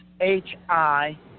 H-I